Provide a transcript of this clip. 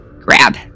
grab